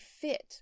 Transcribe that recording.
fit